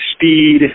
speed